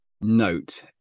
note